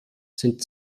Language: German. sind